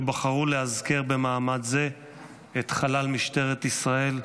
שבחרו להזכיר במעמד זה את חלל משטרת ישראל,